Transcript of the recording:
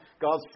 God's